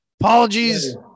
Apologies